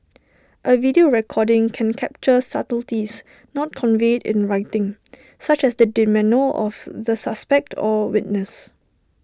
A video recording can capture subtleties not conveyed in writing such as the demeanour of the suspect or witness